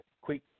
quick